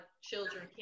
children